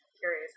curious